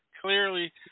clearly